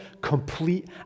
complete